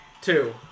Two